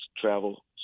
travel